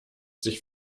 sich